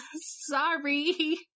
Sorry